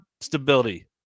stability